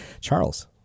charles